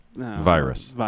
Virus